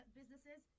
businesses